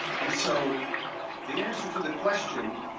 and so the answer to the question,